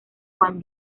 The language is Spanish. juan